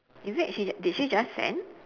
is it she did she just send